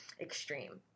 extreme